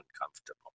uncomfortable